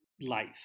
life